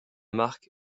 marque